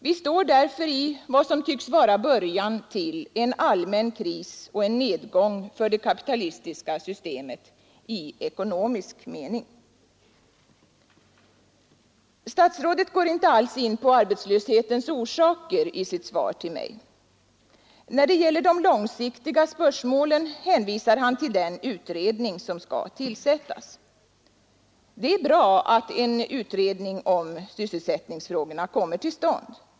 Vi står i vad som tycks vara början till en allmän kris och nedgång för det kapitalistiska systemet i ekonomisk mening. Statsrådet går inte alls in på arbetslöshetens orsaker i sitt svar till mig. När det gäller de långsiktiga spörsmålen hänvisar han till den utredning som skall tillsättas. Det är bra att en utredning om arbetslösheten kommer till stånd.